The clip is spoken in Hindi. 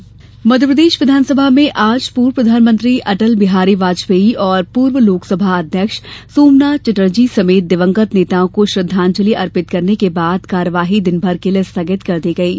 विस श्रद्धांजलि मध्यप्रदेश विधानसभा में आज पूर्व प्रधानमंत्री अटल बिहारी वाजपेयी और पूर्व लोकसभा अध्यक्ष सोमनाथ चटर्जी समेत दिवंगत नेताओं को श्रद्धांजलि अर्पित करने के बाद कार्यवाही दिन भर के लिए स्थगित कर दी गयी